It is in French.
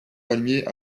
palmiers